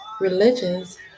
religions